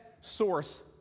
source